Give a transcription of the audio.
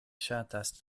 ŝatas